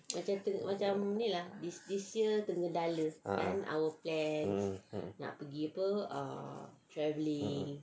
ah um